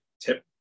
tip